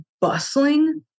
bustling